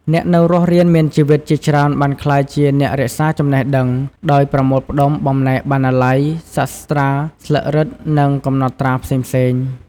អ្នកនៅរស់រានមានជីវិតជាច្រើនបានក្លាយជា អ្នករក្សាចំណេះដឹង ដោយប្រមូលផ្ដុំបំណែកបណ្ណាល័យ សាស្ត្រាស្លឹករឹត និងកំណត់ត្រាផ្សេងៗ។